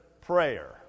prayer